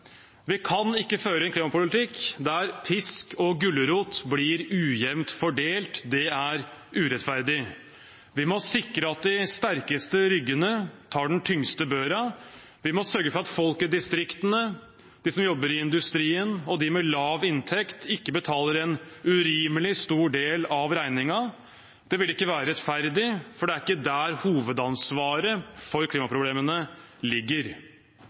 Vi kan ikke føre en klimapolitikk der pisk og gulrot blir ujevnt fordelt. Det er urettferdig. Vi må sikre at de sterkeste ryggene tar den tyngste børa. Vi må sørge for at folk i distriktene, de som jobber i industrien og de med lav inntekt ikke betaler en urimelig stor del av regningen. Det vil ikke være rettferdig, for det er ikke der hovedansvaret for klimaproblemene ligger.